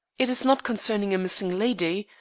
it is not concerning a missing lady,